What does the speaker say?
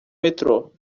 metrô